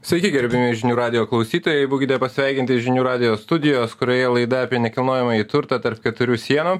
sveiki gerbiami žinių radijo klausytojai būkite pasveikinti žinių radijo studijos kurioje laida apie nekilnojamąjį turtą tarp keturių sienų